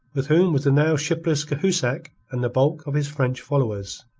with whom was the now shipless cahusac and the bulk of his french followers.